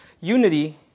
unity